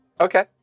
Okay